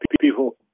people